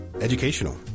educational